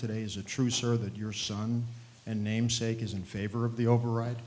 today is a true sir that your son and namesake is in favor of the override